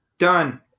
done